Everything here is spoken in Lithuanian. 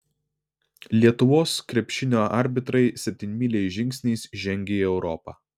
lietuvos krepšinio arbitrai septynmyliais žingsniais žengia į europą